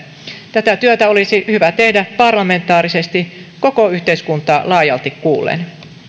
tätä työtä olisi hyvä tehdä parlamentaarisesti koko yhteiskuntaa laajalti kuullen